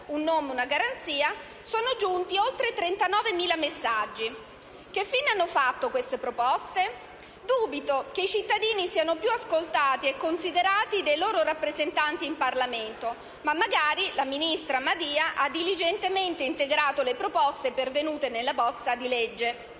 (un nome, una garanzia) sono giunti oltre 39.000 messaggi. Che fine hanno fatto queste proposte? Dubito che i cittadini siano più ascoltati e considerati dei lori rappresentanti in Parlamento, ma magari il ministro Madia ha diligentemente integrato le proposte pervenute nella bozza di legge;